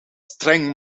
streng